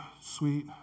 sweet